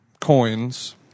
coins